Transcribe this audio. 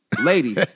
Ladies